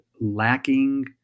lacking